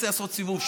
ישתנה.